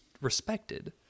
respected